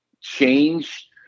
change